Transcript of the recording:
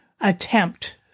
attempt